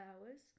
hours